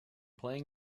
playing